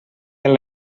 del